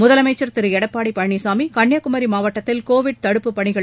முதலமைச்சர் திரு எடப்பாடி பழனிசாமி கன்னியாகுமரி மாவட்டத்தில் கோவிட் தடுப்புப் பணிகள்